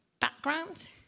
Background